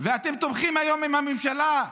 מה הסכמנו?